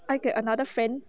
I get another friend